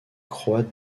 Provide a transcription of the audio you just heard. croate